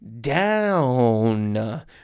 down